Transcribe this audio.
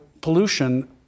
pollution